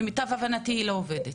למיטב הבנתי היא לא עובדת.